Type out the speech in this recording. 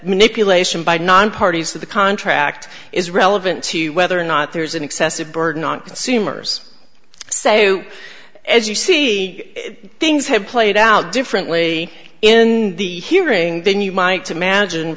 manipulation by non parties to the contract is relevant to whether or not there's an excessive burden on consumers so as you see things have played out differently in the hearing then you might